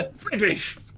British